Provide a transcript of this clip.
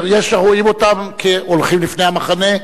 יש הרואים אותם כהולכים לפני המחנה,